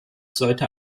sollte